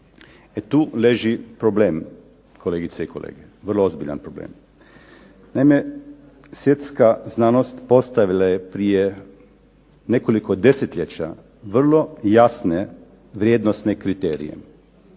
Tu leži problem, kolegice i kolege, vrlo ozbiljan problem. Naime, svjetska znanost postavila je prije nekoliko desetljeća vrlo jasne vrijednosne kriterije.